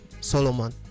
Solomon